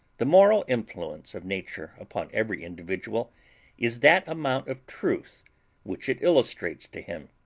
the moral influence of nature upon every individual is that amount of truth which it illustrates to him.